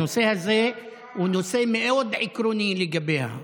הנושא הזה הוא נושא מאוד עקרוני לגביה,